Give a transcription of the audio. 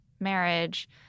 marriage